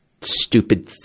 stupid